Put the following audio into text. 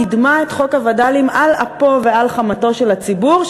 קידמה את חוק הווד"לים על אפו ועל חמתו של הציבור,